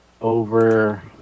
over